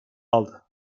aldı